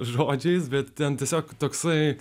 žodžiais bet ten tiesiog toksai